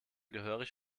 gehörig